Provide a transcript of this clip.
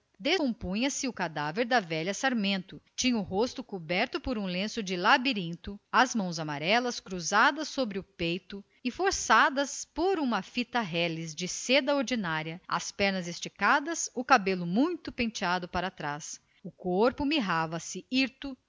de palhinha envernizada decompunha se o cadáver da velha sarmento tinha o rosto coberto por um lenço de labirinto encharcado de água-flórida as mãos cruzadas sobre o peito e amarradas à força por uma fita de seda azul as pernas esticadas o cabelo muito puxado para trás bem penteado o corpo todo se mirrando hirto